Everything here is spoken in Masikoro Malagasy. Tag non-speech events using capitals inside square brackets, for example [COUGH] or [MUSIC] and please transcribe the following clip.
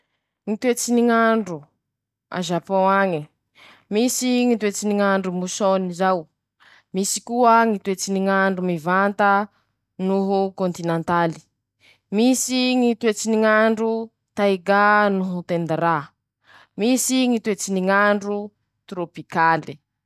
Ñy toetsy ny ñ'andro, a Zapôn añe: Misy Ñy toetsy ny ñ'andro mosôny zao, [SHUSHES] misy koa Ñy toetsy ny ñ'andro mivanta noho [SHUSHES] kôntinantaly, misy Ñy toetsy ny ñ'andro taiga noho tedira, [SHUSHES] misy Ñy toetsy ny ñ'andro torôpikaly.